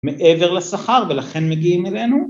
מעבר לשכר ולכן מגיעים אלינו